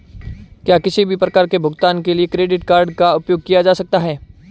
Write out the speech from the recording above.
क्या किसी भी प्रकार के भुगतान के लिए क्रेडिट कार्ड का उपयोग किया जा सकता है?